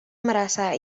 merasa